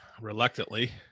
reluctantly